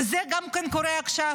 וזה גם כן קורה עכשיו.